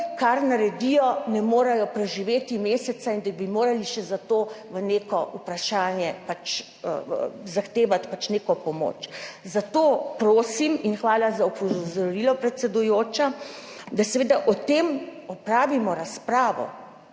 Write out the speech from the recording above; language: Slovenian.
kar naredijo, ne morejo preživeti meseca in da bi morali zahtevati še neko pomoč. Zato prosim, in hvala za opozorilo, predsedujoča, da seveda o tem opravimo razpravo.